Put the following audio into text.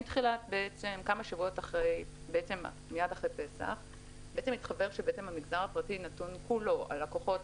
מייד לאחר פסח התחוור שהמגזר הפרטי כולו: הלקוחות,